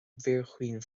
bhfíorchaoin